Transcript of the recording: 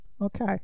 Okay